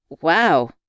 Wow